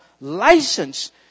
license